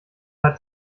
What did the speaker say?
hat